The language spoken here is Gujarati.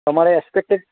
તમારે એક્સપેક્ટેડ